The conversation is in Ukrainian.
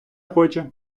хоче